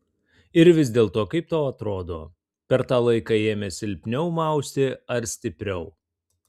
ir vis dėlto kaip tau atrodo per tą laiką ėmė silpniau mausti ar stipriau